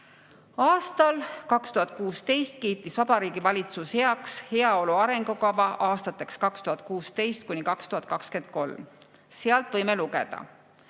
Aastal 2016 kiitis Vabariigi Valitsus heaks "Heaolu arengukava 2016–2023". Sealt võime lugeda: